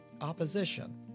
opposition